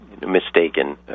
mistaken